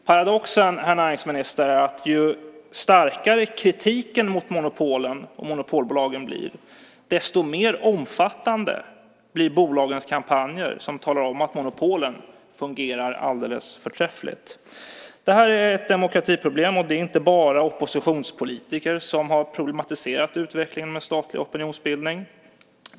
Paradoxen, herr näringsminister, är att ju starkare kritiken mot monopolen och monopolbolagen blir, desto mer omfattande blir bolagens kampanjer för att monopolen fungerar alldeles förträffligt. Detta är ett demokratiproblem. Det är inte bara oppositionspolitiker som har problematiserat utvecklingen med statlig opinionsbildning.